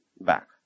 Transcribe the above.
back